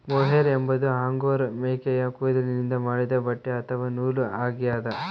mohair ಎಂಬುದು angora ಮೇಕೆಯ ಕೂದಲಿನಿಂದ ಮಾಡಿದ ಬಟ್ಟೆ ಅಥವಾ ನೂಲು ಆಗ್ಯದ